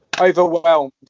overwhelmed